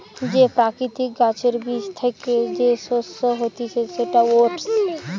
যে প্রকৃতির গাছের বীজ থ্যাকে যে শস্য হতিছে সেটা ওটস